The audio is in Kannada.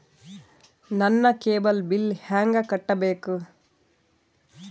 ನನ್ನ ಕೇಬಲ್ ಬಿಲ್ ಹೆಂಗ ಕಟ್ಟಬೇಕು?